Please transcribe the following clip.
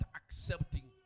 accepting